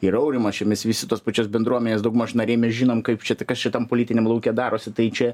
ir aurimas čia mes visi tos pačios bendruomenės daugmaž nariai mes žinom kaip čia ta kas čia tam politiniam lauke darosi tai čia